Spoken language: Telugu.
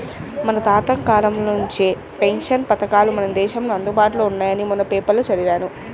మన తాతల కాలం నుంచే పెన్షన్ పథకాలు మన దేశంలో అందుబాటులో ఉన్నాయని మొన్న పేపర్లో చదివాను